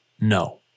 no